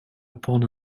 upon